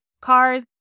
cars